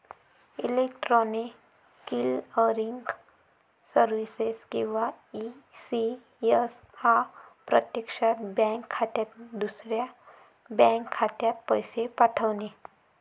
electronic clearing services किंवा ECS हा प्रत्यक्षात बँक खात्यातून दुसऱ्या बँक खात्यात पैसे पाठवणे